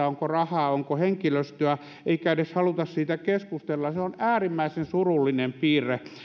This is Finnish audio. onko rahaa ja onko henkilöstöä eikä edes haluta siitä keskustella on äärimmäisen surullinen piirre